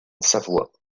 savoie